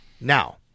Now